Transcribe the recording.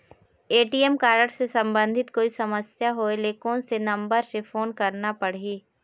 ATM card से संबंधित कोई समस्या होय ले, कोन से नंबर से फोन करना पढ़ही?